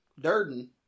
Durden